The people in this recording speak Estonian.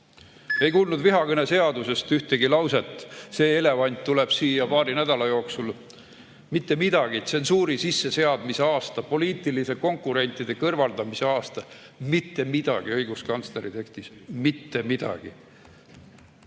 Ei kuulnud vihakõneseadusest ühtegi lauset. See elevant tuleb siia paari nädala jooksul. Mitte midagi! Tsensuuri sisseseadmise aasta, poliitiliste konkurentide kõrvaldamise aasta – mitte midagi õiguskantsleri tekstis. Mitte midagi!